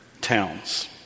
towns